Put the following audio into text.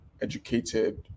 educated